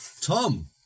Tom